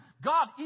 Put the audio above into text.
God